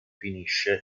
finisce